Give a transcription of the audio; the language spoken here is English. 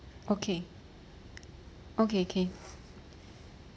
okay okay okay